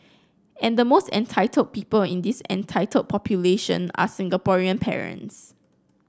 and the most entitled people in this entitled population are Singaporean parents